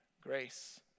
Grace